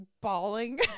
bawling